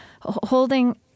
Holding